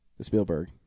Spielberg